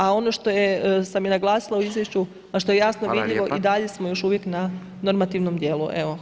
A ono što sam i naglasila u izvješću a što je jasno vidljivo i dalje smo još uvijek na normativno dijelu.